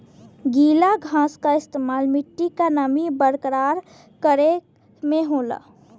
गीला घास क इस्तेमाल मट्टी क नमी बरकरार करे में होला